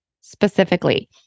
specifically